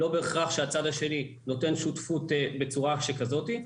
לא בהכרח הצד השני נותן שותפות בצורה כזאת.